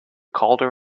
calder